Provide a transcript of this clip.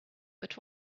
but